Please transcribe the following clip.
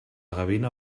gavina